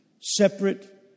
separate